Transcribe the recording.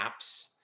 apps